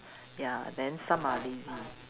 ya then some are lazy